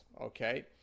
Okay